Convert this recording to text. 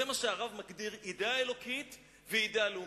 זה מה שהרב מגדיר "אידיאה אלוקית" ו"אידיאה לאומית".